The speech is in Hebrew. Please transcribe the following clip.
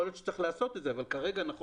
יכול להיות שצריך לעשות את זה אבל נכון להיום